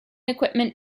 equipment